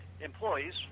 employees